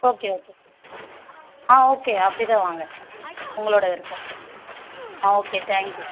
okay okay ஆ okay அப்படிதான் வாங்க உங்களோடய விருப்பம் ஆ ஓகே தேங்க்யூ